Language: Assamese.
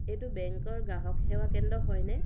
এইটো বেংকৰ গ্ৰাহক সেৱা কেন্দ্ৰ হয়নে